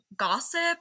Gossip